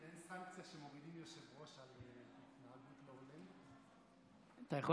אתה יכול